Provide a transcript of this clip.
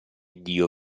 dio